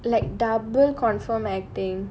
I'm like double confirm acting